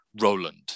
Roland